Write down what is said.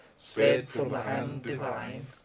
sped from the hand divine.